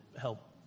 help